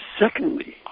secondly